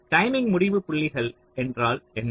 timing முடிவுப்புள்ளிகள் என்றால் என்ன